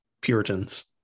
Puritans